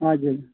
हजुर